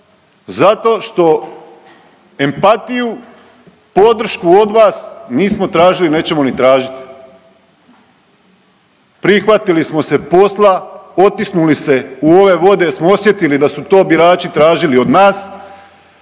Zato što empatiju, podršku od vas nismo tražili, nećemo ni tražit. Prihvatili smo se posla, otisnuli se u ove vode jer smo osjetili da su to birači tražili od nas,